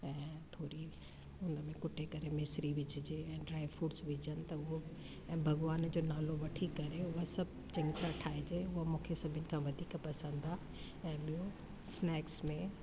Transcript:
ऐं थोरी उहे में कुटे करे मिसरी विझिजे ऐं ड्राए फ्रूट्स विझनि था हुओ ऐं भॻवान जो नालो वठी करे उहा सभु चङी तरह ठाहिजे हूअ मूंखे सभिनि खां वधीक पसंदि आहे ऐं ॿियो स्नैक्स में